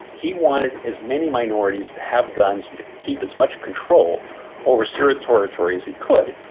he wanted as many minorities to have guns and to keep as much control over syrian territory as he could,